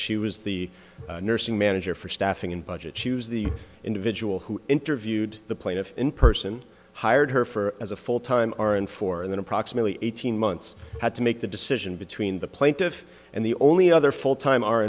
she was the nursing manager for staffing and budget choose the individual who interviewed the plaintiff in person hired her for as a full time are in for an approximately eighteen months had to make the decision between the plaintiff and the only other full time